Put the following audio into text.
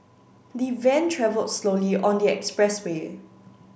the van travelled slowly on the expressway